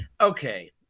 Okay